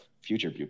future